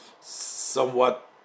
somewhat